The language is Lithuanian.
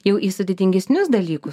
jau į sudėtingesnius dalykus